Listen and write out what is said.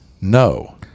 No